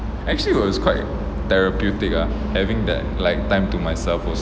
actually it was quite therapeutic lah having that like time to myself also